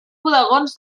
bodegons